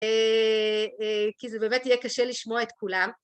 כי זה באמת יהיה קשה לשמוע את כולם.